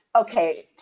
okay